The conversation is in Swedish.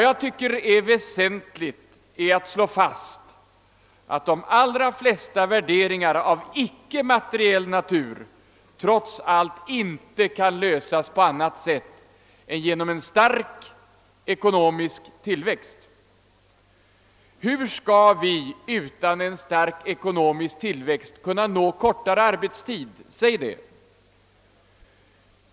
Jag tycker det är väsentligt att slå fast att de allra flesta värderingar av icke materiell natur trots allt inte kan leda till resultat utan en stark ekonomisk tillväxt. Hur skall vi utan en stark ekonomisk tillväxt kunna förkorta arbetstiden?